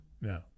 No